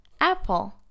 Apple